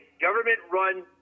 government-run